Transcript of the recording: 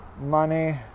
Money